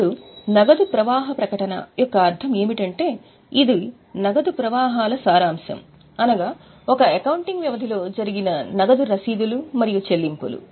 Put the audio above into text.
ఇప్పుడు నగదు ప్రవాహ ప్రకటన యొక్క అర్థం ఏమిటంటే ఇది నగదు ప్రవాహాల సారాంశం అనగా ఒక అకౌంటింగ్ వ్యవధిలో జరిగిన నగదు రశీదులు మరియు చెల్లింపులు